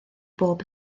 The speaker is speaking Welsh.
bob